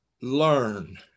learn